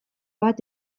bat